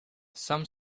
some